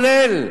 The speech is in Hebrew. כולל.